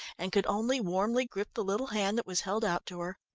and could only warmly grip the little hand that was held out to her.